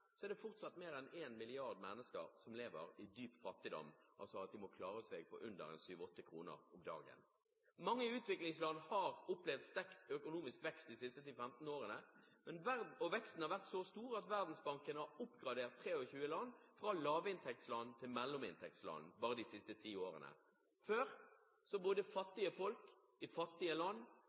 er det fortsatt mer enn 1 mrd. mennesker som lever i dyp fattigdom, altså at de må klare seg på under 7–8 kr om dagen. Mange utviklingsland har opplevd sterk økonomisk vekst de siste 10–15 årene, og veksten har vært så stor at Verdensbanken har oppgradert 23 land fra lavinntektsland til mellominntektsland bare de siste ti årene. Før bodde fattige folk i fattige land,